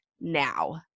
now